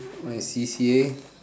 my C_C_A